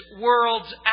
world's